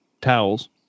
towels